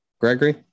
Gregory